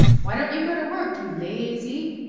why don't you go to work, you la-azy!